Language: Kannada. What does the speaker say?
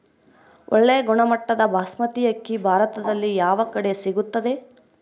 ಒಳ್ಳೆ ಗುಣಮಟ್ಟದ ಬಾಸ್ಮತಿ ಅಕ್ಕಿ ಭಾರತದಲ್ಲಿ ಯಾವ ಕಡೆ ಸಿಗುತ್ತದೆ?